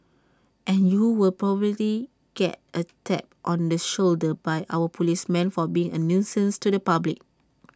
and you will probably get A tap on the shoulder by our policemen for being A nuisance to the public